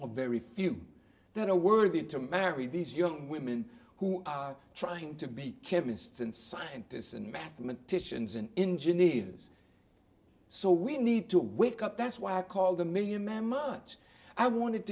or very few that are worthy to marry these young women who are trying to be chemists and scientists and mathematicians and engineers so we need to wake up that's why i called the million man march i wanted